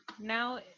now